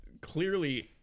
clearly